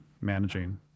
managing